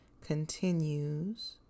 continues